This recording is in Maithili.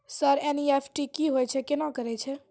सर एन.ई.एफ.टी की होय छै, केना करे छै?